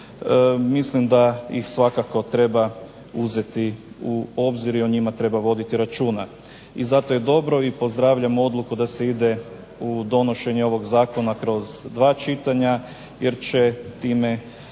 mislim da ih svakako treba uzeti u obzir i o njima voditi računa. I zato je dobro i pozdravljam odluku da se ide u donošenje ovog Zakona u dva čitanja jer će time